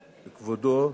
כבודו,